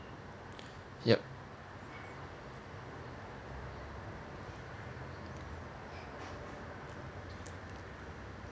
yup